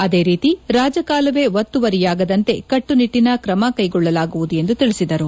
ಅದೇ ರೀತಿ ರಾಜಕಾಲುವೆ ಒತ್ತುವರಿಯಾಗದಂತೆ ಕಟ್ಟುನಿಟ್ಟಿನ ಕ್ರಮಕ್ಶೆಗೊಳ್ಳಲಾಗುವುದು ಎಂದು ತಿಳಿಸಿದರು